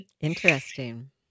Interesting